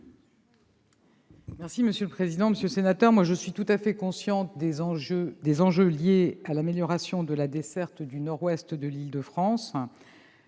la ministre. Monsieur le sénateur Bazin, je suis tout à fait consciente des enjeux liés à l'amélioration de la desserte du nord-ouest de l'Île-de-France.